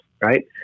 right